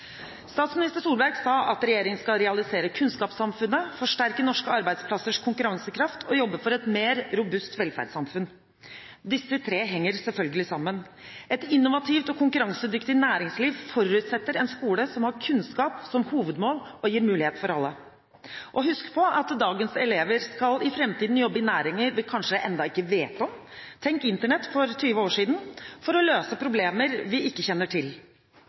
Statsminister Solberg sa at regjeringen skal realisere kunnskapssamfunnet, forsterke norske arbeidsplassers konkurransekraft og jobbe for et mer robust velferdssamfunn. Disse tre henger selvfølgelig sammen. Et innovativt og konkurransedyktig næringsliv forutsetter en skole som har kunnskap som hovedmål, og gir muligheter for alle. Husk på at dagens elever skal i framtiden jobbe i næringer vi kanskje ennå ikke vet om – tenk Internett for 20 år siden – for å løse problemer vi ikke kjenner til,